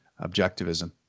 objectivism